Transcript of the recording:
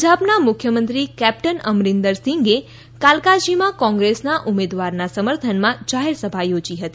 પંજાબના મુખ્યમંત્રી કેપ્ટન અમરિન્દરસિંઘે કાલકાજીમાં કોંગ્રેસના ઉમેદવારના સમર્થનમાં જાહેરસભા યોજી હતી